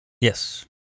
Yes